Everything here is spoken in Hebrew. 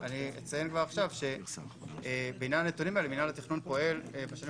אני אציין כבר עכשיו בעניין הנתונים האלה שמינהל התכנון פועל בשנים